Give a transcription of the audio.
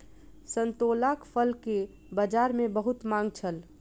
संतोलाक फल के बजार में बहुत मांग छल